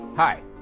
Hi